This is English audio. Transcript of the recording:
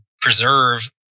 preserve